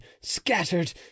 scattered